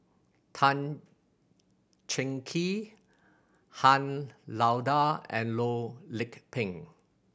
Tan Cheng Kee Han Lao Da and Loh Lik Peng